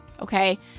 okay